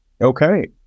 Okay